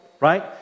right